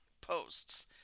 posts